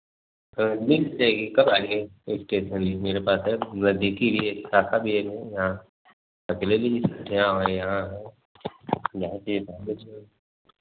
हाँ मिल जाएगी कब आएँगे इस्टेशनरी मेरे पास है पूरा देख लिए हैं खाका भी है यहाँ आकर ले लीजिए यहाँ हमारे यहाँ है